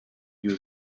you